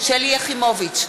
שלי יחימוביץ,